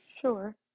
sure